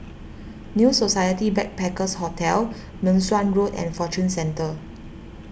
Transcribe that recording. New Society Backpackers' Hotel Meng Suan Road and Fortune Centre